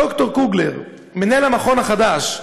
ד"ר קוגל, מנהל המכון החדש,